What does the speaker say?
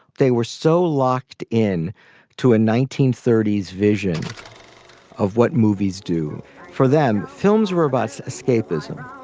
they were so locked in to a nineteen thirty s vision of what movies do for them films. robust escapism.